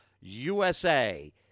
USA